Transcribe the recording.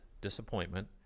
disappointment